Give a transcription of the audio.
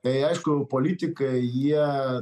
tai aišku politikai jie